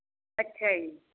ਅੱਛਾ ਜੀ